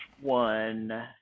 one